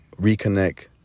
reconnect